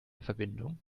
verbindung